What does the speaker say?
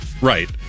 Right